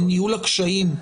בניהול הקשיים,